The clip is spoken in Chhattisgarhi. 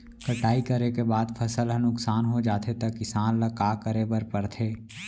कटाई करे के बाद फसल ह नुकसान हो जाथे त किसान ल का करे बर पढ़थे?